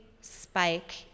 spike